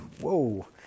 whoa